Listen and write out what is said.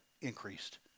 increased